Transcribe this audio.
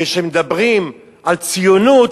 כשמדברים על ציונות,